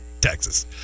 Texas